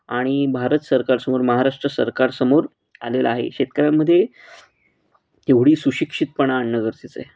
आणि भारत सरकारसमोर महाराष्ट्र सरकारसमोर आलेलं आहे शेतकऱ्यांमध्ये एवढी सुशिक्षितपणा आणणं गरजेचं आहे